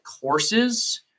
courses